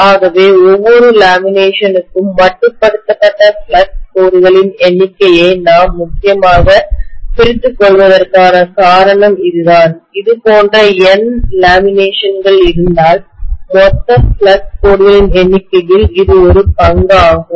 ஆகவே ஒவ்வொரு லேமினேஷனுக்கும் மட்டுப்படுத்தப்பட்ட ஃப்ளக்ஸ் கோடுகளின் எண்ணிக்கையை நாம் முக்கியமாகப் பிரித்துக்கொள்வதற்கான காரணம் இதுதான் இதுபோன்ற N லேமினேஷன்கள் இருந்தால் மொத்த ஃப்ளக்ஸ் கோடுகளின் எண்ணிக்கையில் இது ஒரு பங்காகும்